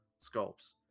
sculpts